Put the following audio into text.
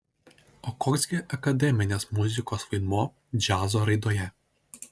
o koks gi akademinės muzikos vaidmuo džiazo raidoje